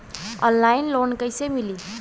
Online loan कइसे मिली?